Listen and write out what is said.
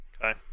Okay